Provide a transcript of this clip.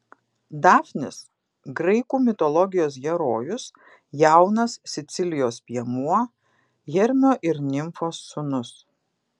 dafnis graikų mitologijos herojus jaunas sicilijos piemuo hermio ir nimfos sūnus